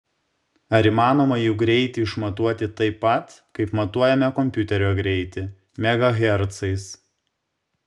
ar įmanoma jų greitį išmatuoti taip pat kaip matuojame kompiuterio greitį megahercais